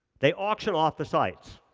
they auction off the sites.